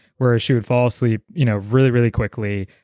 where she would fall asleep you know really really quickly,